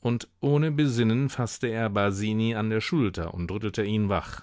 und ohne besinnen faßte er basini an der schulter und rüttelte ihn wach